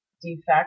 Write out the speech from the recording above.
defect